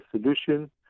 solution